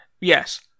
Yes